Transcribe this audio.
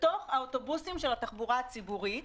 בתוך האוטובוסים של התחבורה הציבורית.